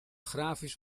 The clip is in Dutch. grafisch